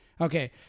Okay